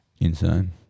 Insane